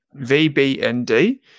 VBND